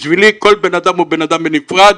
בשבילי כל בן אדם הוא בן אדם בנפרד,